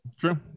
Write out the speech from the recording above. True